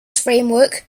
framework